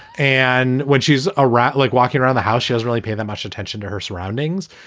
and when she's a rat, like walking around the house, she's really paying that much attention to her surroundings.